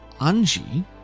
Anji